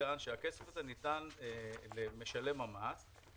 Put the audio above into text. שהכסף הזה ניתן למשלם המס,